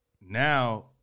now